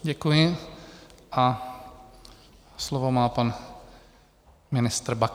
Děkuji a slovo má pan ministr Baxa.